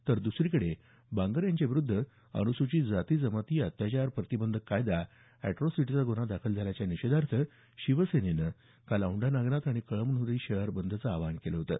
तर द्सरीकडे बांगर यांच्याविरुद्ध अनुसूचित जाती जमाती अत्याचार प्रतिबंधक कायदा एट्टॉसिटीचा गुन्हा दाखल झाल्याच्या निषेधार्थ शिवसेनेनं काल औंढा नागनाथ आणि कळमन्री शहर बंदचं आवाहन केलं होतं